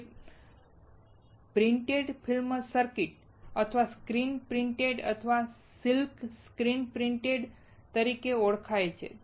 તે printed film circuits અથવા screen printing અથવા સિલ્ક સ્ક્રીન પ્રિન્ટિંગ તરીકે ઓળખાય છે